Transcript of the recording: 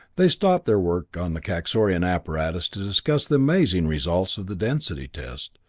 they stopped their work on the kaxorian apparatus to discuss the amazing results of the density test,